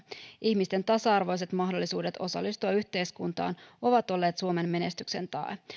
ihmisten tasa arvoiset mahdollisuudet osallistua yhteiskuntaan ovat olleet suomen menestyksen tae